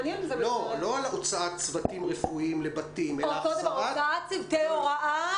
הוצאת צוותי הוראה,